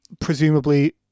presumably